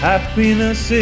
Happiness